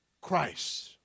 Christ